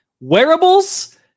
wearables